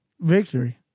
victory